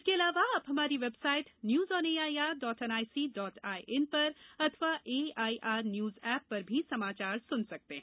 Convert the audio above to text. इसके अलावा आप हमारी website news on A I R dot N I C dot I N पर अथवा A I R news app पर भी समाचार सुन सकते हैं